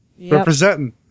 representing